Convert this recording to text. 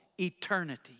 eternity